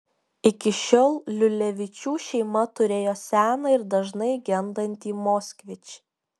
iki šiol liulevičių šeima turėjo seną ir dažnai gendantį moskvič